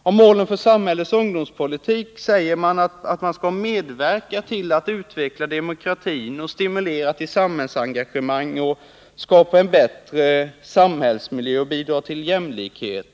I fråga om ungdomspolitiken säger man att man skall medverka till att utveckla demokratin och stimulera till samhällsengagemang och skapa en bättre samhällsmiljö samt arbeta för större jämlikhet.